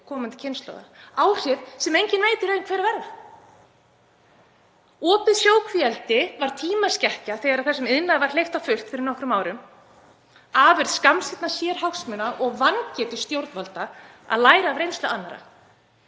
komandi kynslóða, áhrif sem enginn veit í raun hver verða. Opið sjókvíaeldi var tímaskekkja þegar þessum iðnaði var hleypt á fullt fyrir nokkrum árum, afurð skammsýnna sérhagsmuna og vangetu stjórnvalda að læra af reynslu annarra.